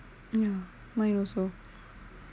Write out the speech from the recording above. ya mine also